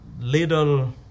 little